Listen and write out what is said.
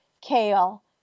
kale